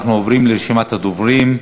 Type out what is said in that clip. אנחנו עוברים לרשימת הדוברים.